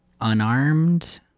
unarmed